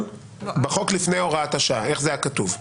בחוק לפני הוראת השעה, איך זה היה כתוב?